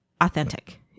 authentic